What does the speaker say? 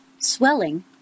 swelling